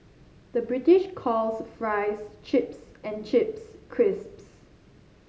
the British calls fries chips and chips crisps